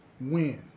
win